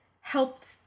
helped